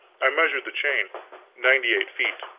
i measured the chain ninety eight feet.